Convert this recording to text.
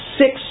six